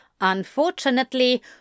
Unfortunately